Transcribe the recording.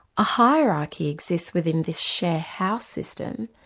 a hierarchy exists within this share house system,